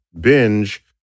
binge